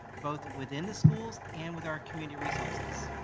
both within the schools and with our community resources.